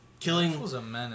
Killing